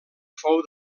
fou